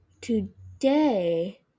today